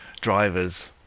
drivers